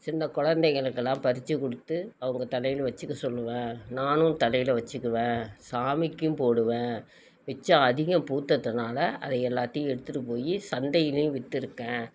சின்ன குழந்தைகளுக்குலாம் பறித்து கொடுத்து அவங்க தலையில் வச்சிக்க சொல்லுவேன் நானும் தலையில் வச்சிக்குவேன் சாமிக்கும் போடுவேன் மிச்சம் அதிகம் பூத்தத்துனால் அதை எல்லாத்தையும் எடுத்துகிட்டு போய் சந்தையிலேயும் விற்றுருக்கேன்